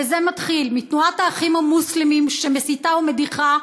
וזה מתחיל מתנועת "האחים המוסלמים" שמסיתה ומדיחה,